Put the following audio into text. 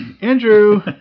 Andrew